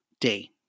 day